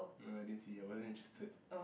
no I didn't see I wasn't interested